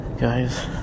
guys